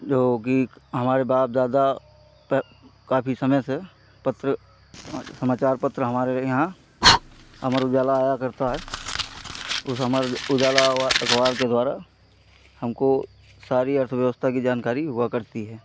जो कि हमारे बाप दादा काफ़ी समय से पत्र समाचार पत्र हमारे यहाँ अमर उजाला आया करता है उस अमर उजाला व अखबार के द्वारा हमको सारी अर्थव्यवस्था की जानकारी हुआ करती है